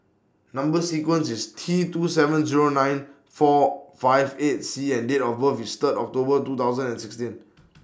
Number sequence IS T two seven Zero nine four five eight C and Date of birth IS Third October two thousand and sixteen